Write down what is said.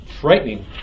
frightening